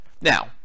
Now